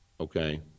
Okay